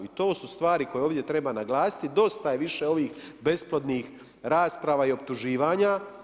I to su stvari koje ovdje treba naglasiti, dosta je više ovih besplodnih rasprava i optuživanja.